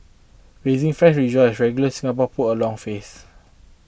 racing fans rejoice regular Singapore pull a long face